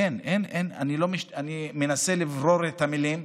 אין, אין, אני מנסה לברור את המילים,